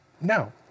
no